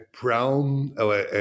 brown